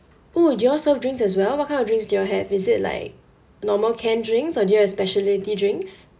oo you all serve drinks as well what kind of drinks do you have is it like normal canned drinks or do you have speciality drinks